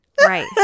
Right